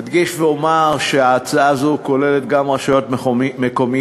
אדגיש ואומר שההצעה הזאת כוללת גם רשויות מקומיות,